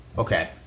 Okay